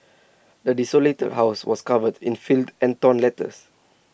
the desolated house was covered in filth and torn letters